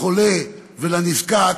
לחולה ולנזקק,